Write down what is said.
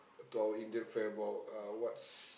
to our Indian friend while uh what's